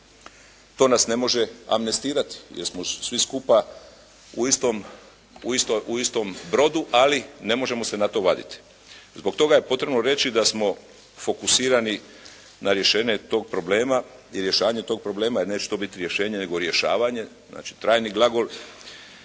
to nas ne može amnestirati jer smo svi skupa u istom brodu, ali ne možemo se na to vaditi. Zbog toga je potrebno reći da smo fokusirani na rješenje toga problema i rješavanje tog problema, jer neće to biti rješenje nego rješavanje, znači trajni glagol.